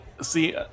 See